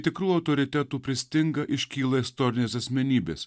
tikrų autoritetų pristinga iškyla istorinės asmenybės